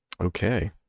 Okay